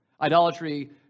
idolatry